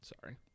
Sorry